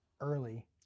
early